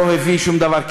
לא הביא שום דבר,